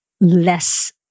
less